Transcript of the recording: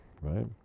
Right